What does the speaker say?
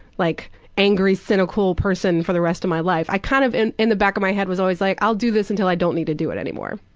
like angry, cynical person for the rest of my life. i kind of like in the back of my head was always like, i'll do this until i don't need to do it anymore.